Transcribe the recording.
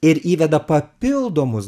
ir įveda papildomus